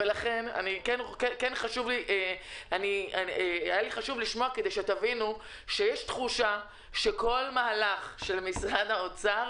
לכן היה לי חשוב לשמוע כדי שתבינו שיש תחושה שכל מהלך של משרד האוצר